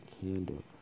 candle